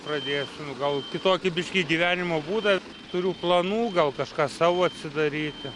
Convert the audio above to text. pradėsiu nu gal kitokį biškį gyvenimo būdą turiu planų gal kažką savo atsidaryti